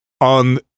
on